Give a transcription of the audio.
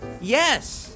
Yes